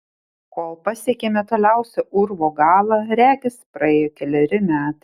kol pasiekėme toliausią urvo galą regis praėjo keleri metai